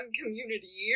community